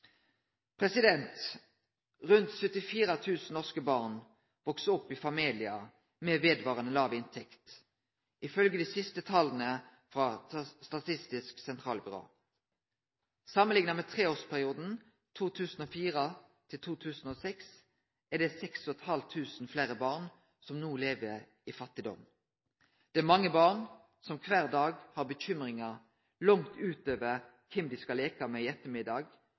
Rundt 74 000 norske barn veks opp i familiar med vedvarande låg inntekt, ifølgje dei siste tala frå Statistisk sentralbyrå. Samanlikna med treårsperioden 2004–2006 er det 6 500 fleire barn som no lever i fattigdom. Det er mange barn som kvar dag har bekymringar langt utover kven dei skal leike med